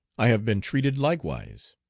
i have been treated likewise.